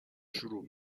شروع